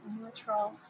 neutral